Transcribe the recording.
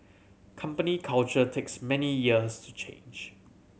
company culture takes many years to change